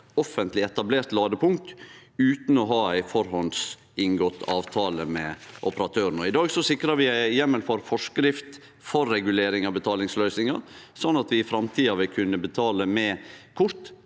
offentleg etablert ladepunkt utan å ha inngått ei avtale med operatøren på førehand. I dag sikrar vi heimel for forskrift for regulering av betalingsløysingar, slik at vi i framtida vil kunne betale med kort